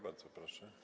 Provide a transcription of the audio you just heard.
Bardzo proszę.